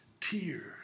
tears